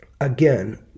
Again